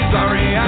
Sorry